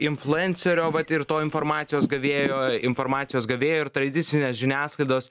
influencerio vat ir to informacijos gavėjo informacijos gavėjo ir tradicinės žiniasklaidos